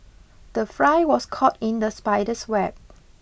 the fly was caught in the spider's web